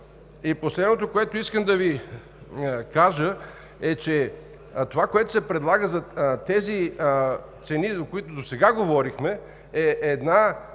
И последното, което искам да Ви кажа, е, че това, което се предлага за тези цени, за които досега говорихме, е една